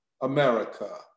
America